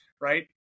right